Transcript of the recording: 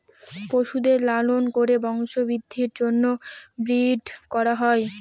পশুদের লালন করে বংশবৃদ্ধির জন্য ব্রিড করা হয়